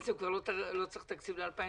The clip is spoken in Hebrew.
בעצם כבר לא צריך תקציב ל-2020.